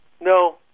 No